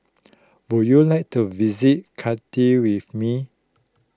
would you like to visit Cardiff with me